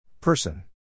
Person